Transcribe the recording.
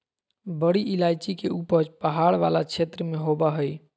बड़ी इलायची के उपज पहाड़ वाला क्षेत्र में होबा हइ